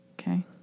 Okay